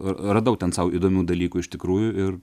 radau ten sau įdomių dalykų iš tikrųjų ir